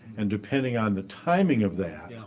and depending on the timing of that, yeah